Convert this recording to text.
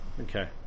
Okay